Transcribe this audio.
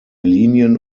linien